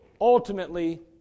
ultimately